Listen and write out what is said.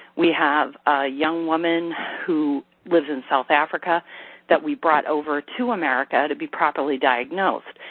we have a young woman who lives in south africa that we brought over to america to be properly diagnosed.